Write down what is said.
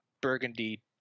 burgundy